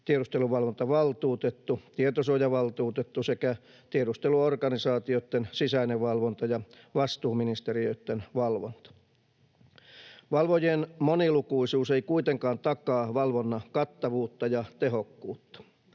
tiedusteluvalvontavaltuutettu, tietosuojavaltuutettu sekä tiedusteluorganisaatioiden sisäinen valvonta ja vastuuministeriöiden valvonta. Valvojien monilukuisuus ei kuitenkaan takaa valvonnan kattavuutta ja tehokkuutta.